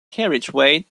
carriageway